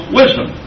wisdom